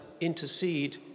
intercede